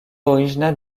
originale